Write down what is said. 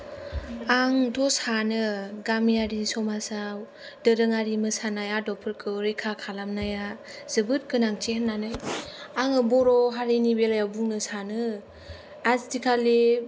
आंथ' सानो गामियारि समाजाव दोरोङारि मोसानाय आदबफोरखौ रैखा खालामनाया जोबोद गोनांथि होननानै आङो बर' हारिनि बेलायाव बुंनो सानो आजिखालि